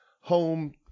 home